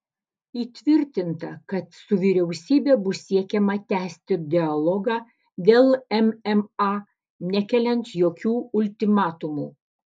įtvirtinta kad su vyriausybe bus siekiama tęsti dialogą dėl mma nekeliant jokių ultimatumų